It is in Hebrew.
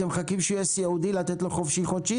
אתם מחכים שהוא יהיה סיעודי לתת לו חופשי-חודשי?